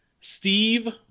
Steve